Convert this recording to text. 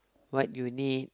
what you need